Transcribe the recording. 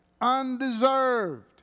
Undeserved